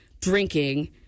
drinking